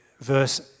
verse